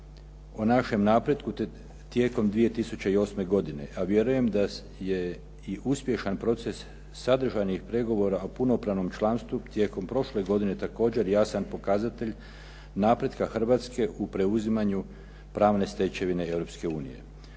o našem napretku tijekom 2008. godine, a vjerujem da je i uspješan proces sadržanih pregovora o punopravnom članstvu tijekom prošle godine također jasan pokazatelj napretka Hrvatske u preuzimanju pravne stečevine